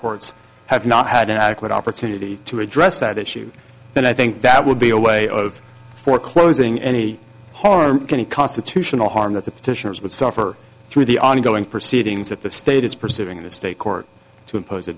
courts have not had an adequate opportunity to address that issue but i think that would be a way of foreclosing any harm any constitutional harm that the petitioners would suffer through the ongoing proceedings that the state is pursuing the state court to impose a